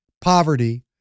poverty